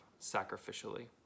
sacrificially